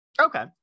Okay